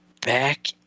back